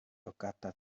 toccata